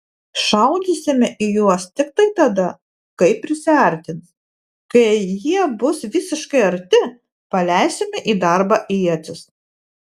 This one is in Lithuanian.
šaudysime į juos tiktai tada kai prisiartins kai jie bus visiškai arti paleisime į darbą ietis